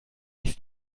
ließ